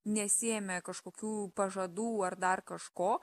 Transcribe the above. nesiėmė kažkokių pažadų ar dar kažko